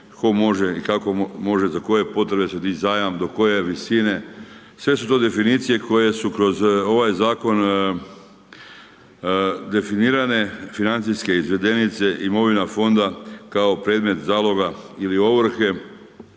tko može i kako može, za koje potvrde će dić zajam, do koje visine, sve su to definicije koje su kroz ovaj Zakon definirane financijske izvedenice, imovina fonda kao predmet zaloga ili ovrhe,